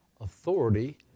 authority